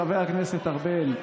חבר הכנסת ארבל,